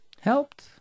helped